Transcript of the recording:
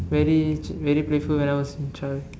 very very playful when I was a child